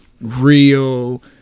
real